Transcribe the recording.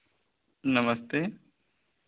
नमस्ते